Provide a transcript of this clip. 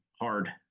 hard